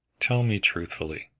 tell me truthfully,